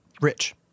rich